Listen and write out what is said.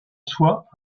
soit